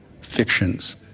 fictions